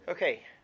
Okay